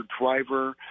driver